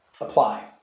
apply